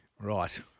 Right